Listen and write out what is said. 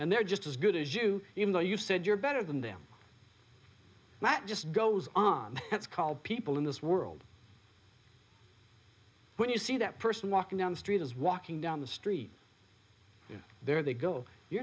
and they're just as good as you even though you said you're better than them that just goes on that's called people in this world when you see that person walking down the street is walking down the street and there they go you're